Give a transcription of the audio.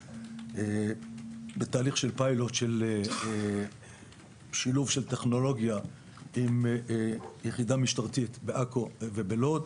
בתהליך של פיילוט של שילוב של טכנולוגיה עם יחידה משטרתית בעכו ובלוד,